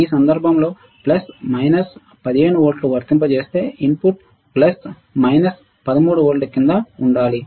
ఈ సందర్భంలో plus minus 15 వోల్ట్లు వర్తింపజేస్తేఇన్పుట్ ప్లస్ మైనస్ 13 వోల్ట్ల క్రింద ఉండాలి